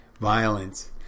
Violence